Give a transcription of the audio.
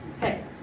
Hey